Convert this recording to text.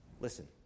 Listen